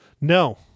No